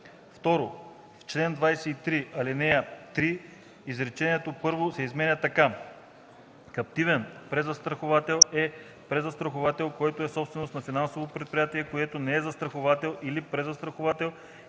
2. В чл. 23, ал. 3 изречение първо се изменя така: „Каптивен презастраховател е презастраховател, който е собственост на финансово предприятие, което не е застраховател или презастраховател